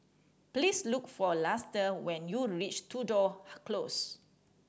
please look for Luster when you reach Tudor Close